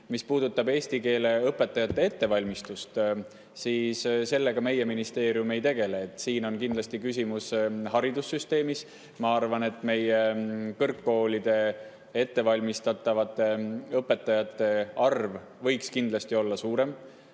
Mis puudutab eesti keele õpetajate ettevalmistust, siis sellega meie ministeerium ei tegele. Siin on kindlasti küsimus haridussüsteemis. Ma arvan, et meie kõrgkoolides ettevalmistatavate õpetajate arv võiks kindlasti olla suurem.